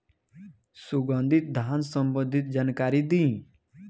सुगंधित धान संबंधित जानकारी दी?